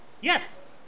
Yes